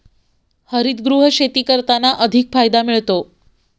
हरितगृह शेती करताना अधिक फायदा मिळतो